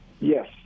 Yes